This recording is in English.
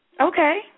Okay